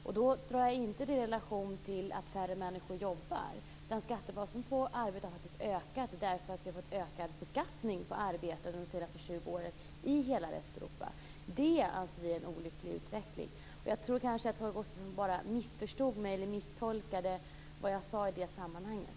Jag sätter inte detta i relation till att färre människor skall jobba, utan skattebasen arbete har faktiskt ökat därför att vi fått en ökad beskattning på arbete under de senaste 20 åren i hela Västeuropa. Vi anser att det är en olycklig utveckling. Holger Gustafsson missförstod eller misstolkade det som jag sade i det sammanhanget.